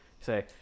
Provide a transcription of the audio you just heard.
Say